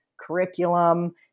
curriculum